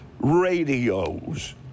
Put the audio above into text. radios